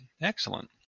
excellent